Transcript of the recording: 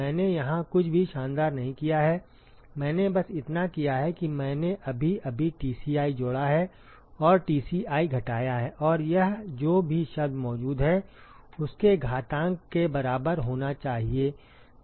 मैंने यहां कुछ भी शानदार नहीं किया है मैंने बस इतना किया है कि मैंने अभी अभी Tci जोड़ा है और Tci घटाया है और यह जो भी शब्द मौजूद है उसके घातांक के बराबर होना चाहिए